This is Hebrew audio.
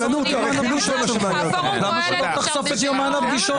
למה שלא תחשוף את יומן הפגישות שלך?